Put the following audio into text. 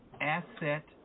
asset